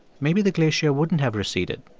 maybe the glacier wouldn't have receded.